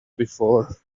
before